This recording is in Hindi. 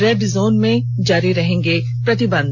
रेड जोन में जारी रहेंगे प्रतिबंध